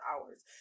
hours